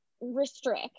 restrict